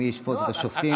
מי ישפוט את השופטים?